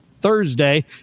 Thursday